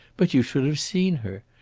but you should have seen her!